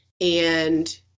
and-